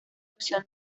opción